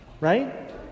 right